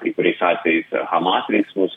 kai kuriais atvejais hamas veiksmus